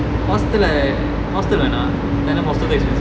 hostel hostel வேணா:vena > hostel very expensive